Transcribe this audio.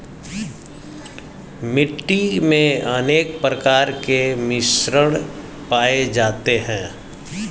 मिट्टी मे अनेक प्रकार के मिश्रण पाये जाते है